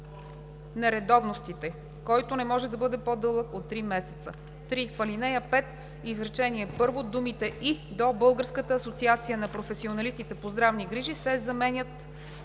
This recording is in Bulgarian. нередовностите, който не може да бъде по-дълъг от три месеца.“ 3. В ал. 5, изречение първо думите „и до Българската асоциация на професионалистите по здравни грижи“ се заменят с